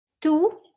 two